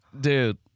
dude